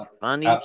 funny